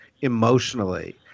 emotionally